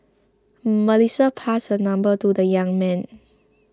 Melissa passed her number to the young man